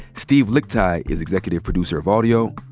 steve lickteig is executive producer of audio.